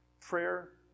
prayer